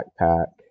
backpack